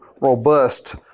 robust